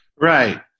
Right